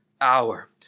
hour